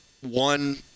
one